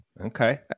Okay